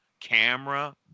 camera